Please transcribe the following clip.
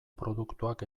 produktuak